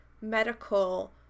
medical